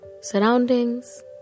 surroundings